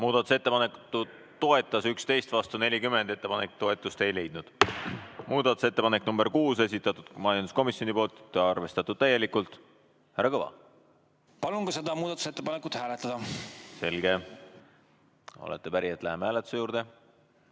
Muudatusettepanekut toetas 11, vastu oli 40, ettepanek toetust ei leidnud. Muudatusettepanek nr 6, esitanud majanduskomisjon, arvestatud täielikult. Härra Kõva! Palun ka seda muudatusettepanekut hääletada. Selge! Olete päri, et läheme hääletuse juurde?